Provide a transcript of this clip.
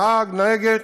נהג, נהגת,